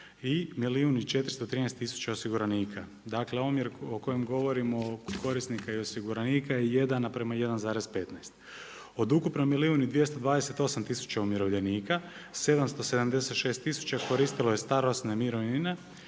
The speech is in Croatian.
i 413 tisuća osiguranika. Dakle, omjer o kojem govorimo oko korisnika i osiguranika je 1 naprama 1,15. Od ukupno milijun i 228 tisuća umirovljenika, 776 tisuća koristilo je starosne mirovine